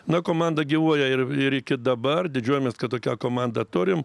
na komanda gyvuoja ir ir iki dabar didžiuojamės kad tokią komandą turim